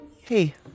Hey